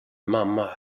mamma